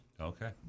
Okay